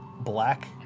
black